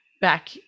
back